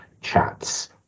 chats